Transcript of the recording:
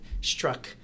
struck